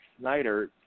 Snyder